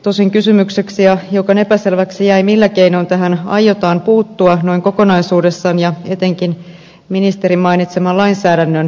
tosin hiukan epäselväksi jäi millä keinoin tähän aiotaan puuttua noin kokonaisuudessaan ja etenkin ministerin mainitseman lainsäädännön puitteissa